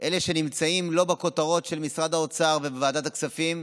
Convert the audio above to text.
אלה שלא נמצאים בכותרות של משרד האוצר וועדת הכספים,